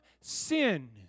sin